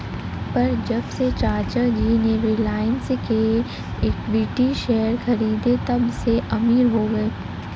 पर जब से चाचा जी ने रिलायंस के इक्विटी शेयर खरीदें तबसे अमीर हो गए